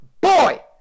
boy